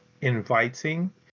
inviting